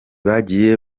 bagiye